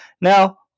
Now